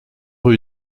rue